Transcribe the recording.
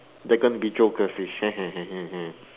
they're going to be joker fish